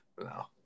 No